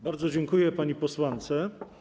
Bardzo dziękuję pani posłance.